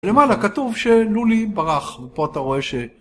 ולמעלה כתוב שלולי ברח, ופה אתה רואה ש...